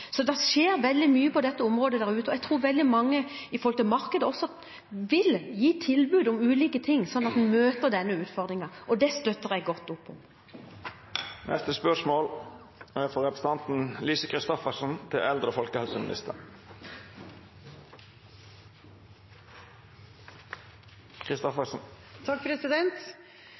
skjer veldig mye på dette området der ute, og jeg tror veldig mange i markedet også vil gi tilbud om ulike ting slik at vi kan møte denne utfordringen. Og det støtter jeg opp om. «Regjeringa sier i Jeløya-erklæringen at den vil ta i bruk konkurranse for å få bedre tjenester og